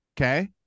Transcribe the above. okay